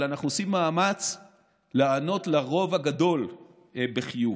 אנחנו עושים מאמץ לענות לרוב הגדול בחיוב.